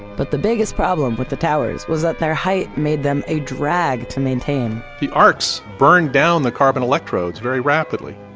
but the biggest problem with the towers was that their height made them a drag to maintain the arcs burned down the carbon electrodes very rapidly.